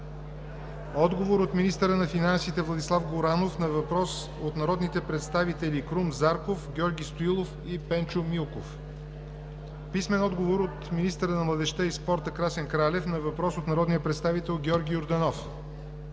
Младенов; - министъра на финансите Владислав Горанов на въпрос от народните представители Крум Зарков, Георги Стоилов и Пенчо Милков; - министъра на младежта и спорта Красен Кралев на въпрос от народния представител Георги Йорданов;